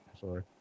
Sorry